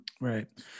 Right